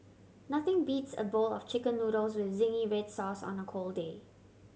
nothing beats a bowl of Chicken Noodles with zingy red sauce on a cold day